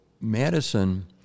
Madison